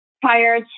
prior